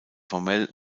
formell